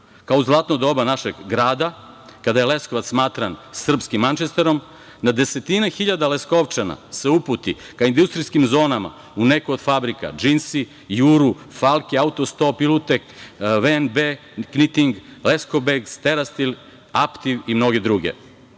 kao u zlatno doba našeg grada kada je Leskovac smatran srpskim Mančesterom, na desetine hiljada Leskovčana se uputi ka industrijskim zonama u neku od fabrika „Džinsi“, „Juru“, „Falki“, „Autu stop“, „Rutek“, „Kniting“, „Leskobeg“, „Sterastil“, „Aptiv“ i mnoge druge.